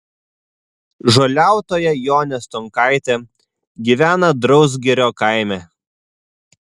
žoliautoja jonė stonkaitė gyvena drausgirio kaime